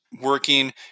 working